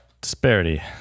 disparity